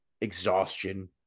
exhaustion